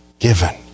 given